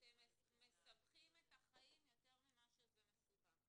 אתם מסבכים את המציאות יותר ממה שזה מסובך,